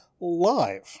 live